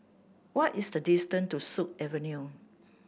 what is the distance to Sut Avenue